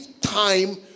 time